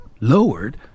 lowered